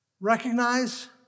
Recognize